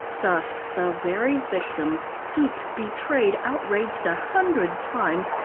thus the very victims, duped, betrayed, outraged a hundred times,